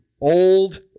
old